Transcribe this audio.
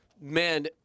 man